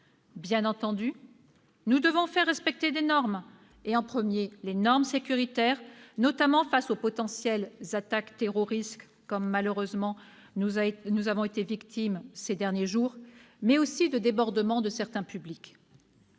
Bien entendu, nous devons faire respecter des normes, et en premier lieu les normes sécuritaires, notamment face aux potentielles attaques terroristes, comme notre pays en a malheureusement connu ces derniers jours, mais aussi aux débordements de certains publics.